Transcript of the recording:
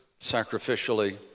sacrificially